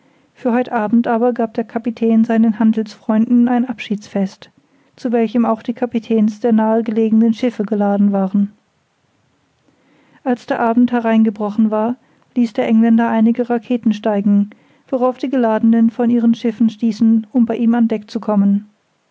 für heut abend aber gab der kapitän seinen handelsfreunden ein abschiedsfest zu welchem auch die kapitäns der nahe liegenden schiffe geladen waren als der abend hereingebrochen war ließ der engländer einige raketen steigen worauf die geladenen von ihren schiffen stießen um bei ihm an deck zu kommen